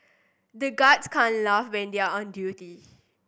the guards can't laugh when they are on duty